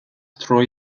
tror